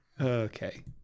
Okay